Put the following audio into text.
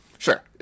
Sure